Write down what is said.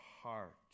heart